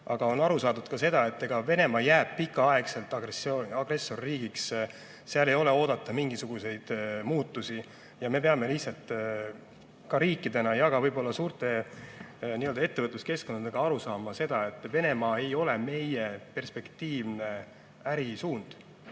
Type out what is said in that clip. elab. On aru saadud, et Venemaa jääb pikaks ajaks agressorriigiks, seal ei ole oodata mingisuguseid muutusi. Ma peame lihtsalt riikidena ja võib-olla ka suurte ettevõtluskeskkondadena aru saama, et Venemaa ei ole meie perspektiivne ärisuund.